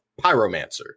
pyromancer